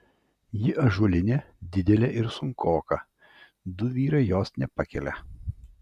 ji ąžuolinė didelė ir sunkoka du vyrai jos nepakelia